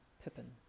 Pippin